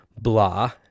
blah